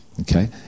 Okay